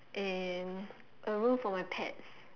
and a room for my pets